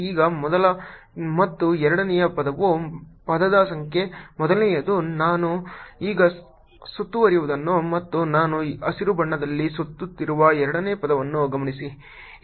ಈಗ ಮೊದಲ ಮತ್ತು ಎರಡನೆಯ ಪದವು ಪದದ ಸಂಖ್ಯೆ ಮೊದಲನೆಯದು ನಾನು ಈಗ ಸುತ್ತುತ್ತಿರುವುದನ್ನು ಮತ್ತು ನಾನು ಹಸಿರು ಬಣ್ಣದಲ್ಲಿ ಸುತ್ತುತ್ತಿರುವ ಎರಡನೇ ಪದವನ್ನು ಗಮನಿಸಿ